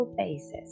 basis